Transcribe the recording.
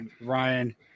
Ryan